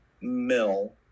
mill